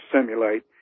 simulate